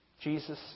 Jesus